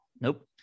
nope